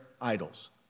idols